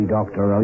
Doctor